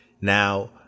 Now